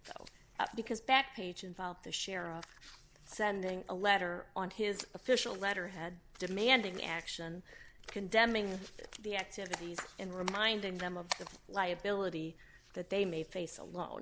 because back page involved the share of sending a letter on his official letterhead demanding action condemning the activities and reminding them of the liability that they may face alone